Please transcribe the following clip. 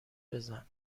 بزن